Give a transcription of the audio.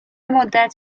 مدت